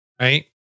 right